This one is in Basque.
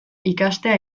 ikastea